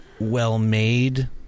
well-made